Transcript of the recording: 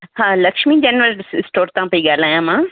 हा लक्ष्मी जनरल स स्टोर था पेई ॻाल्हायां मां